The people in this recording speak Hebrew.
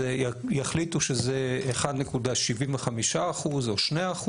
יחליטו שזה 1.75% או 2%,